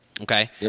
Okay